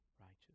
righteous